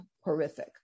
horrific